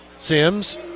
Sims